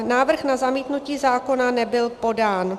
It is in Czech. Návrh na zamítnutí zákona nebyl podán.